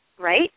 Right